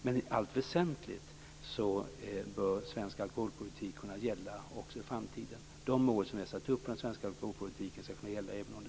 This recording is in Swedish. Men i allt väsentligt bör svensk alkoholpolitik kunna gälla också i framtiden. De mål som vi har satt upp för den svenska alkoholpolitiken skall kunna gälla även under